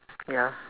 ya